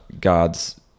god's